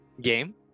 game